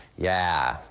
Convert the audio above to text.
yeah,